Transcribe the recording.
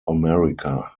america